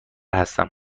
هستم